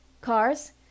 Cars